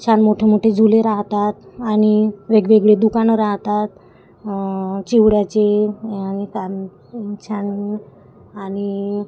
छान मोठे मोठे झुले राहतात आणि वेगवेगळे दुकानं राहतात चिवड्याचे आणि काय म्हण छान आणि